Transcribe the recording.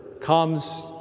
comes